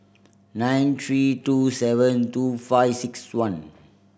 nine three two seven two five six one